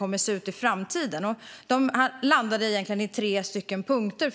Hur detta påverkar resmönstren landade egentligen i tre punkter.